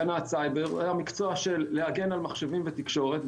הגנת סייבר להגן על מחשבים ותקשורת,